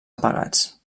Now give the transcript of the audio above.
apagats